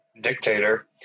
dictator